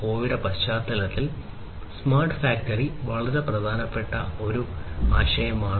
0 ന്റെ പശ്ചാത്തലത്തിൽ smart factory വളരെ പ്രധാനപ്പെട്ട ഒരു ആശയമാണ്